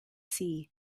see